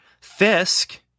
Fisk